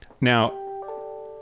Now